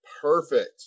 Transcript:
perfect